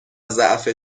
ضعف